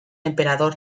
emperador